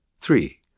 Three